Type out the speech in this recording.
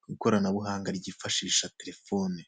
ku ikoranabuhanga ryifashisha telefoni.